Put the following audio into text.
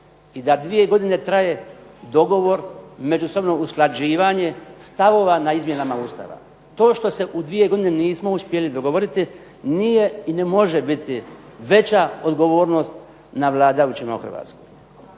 i da dvije godine traje dogovor, međusobno usklađivanje stavova na izmjenama Ustava. To što se u dvije godine nismo uspjeli dogovoriti nije i ne može biti veća odgovornost na vladajućima u Hrvatskoj.